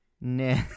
Nah